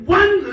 one